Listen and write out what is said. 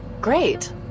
great